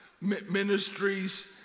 ministries